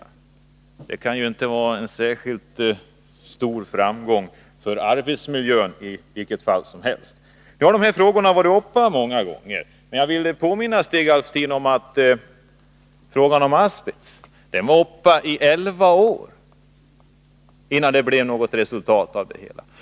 I vilket fall som helst innebär det inte någon särskilt stor framgång för arbetsmiljöfrågorna. De här frågorna har varit uppe till behandling många gånger, men jag vill påminna Stig Alftin om att frågan om asbest var aktuell i elva år innan det blev något resultat av det hela.